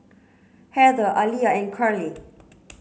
Heather Aliyah and Carlie